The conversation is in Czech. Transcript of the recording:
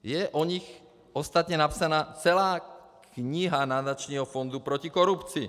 Je o nich ostatně napsaná celá kniha Nadačního fondu proti korupci.